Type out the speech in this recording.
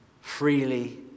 freely